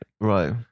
Right